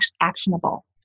actionable